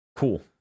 Cool